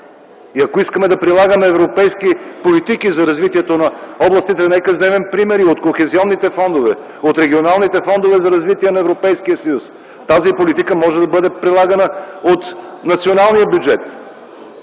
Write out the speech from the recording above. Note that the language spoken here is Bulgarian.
Ако искаме да прилагаме европейски политики за развитието на областите, нека вземем примери от кохезионните фондове, от регионалните фондове за развитие на Европейския съюз. Тази политика може да бъде прилагана от националния бюджет.